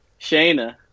Shayna